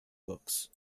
books